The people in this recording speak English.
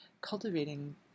cultivating